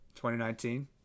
2019